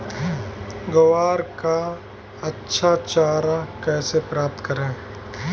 ग्वार का अच्छा चारा कैसे प्राप्त करें?